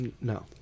No